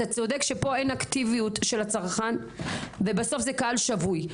אתה צודק שפה אין אקטיביות של הצרכן ובסוף זה קהל שבוי.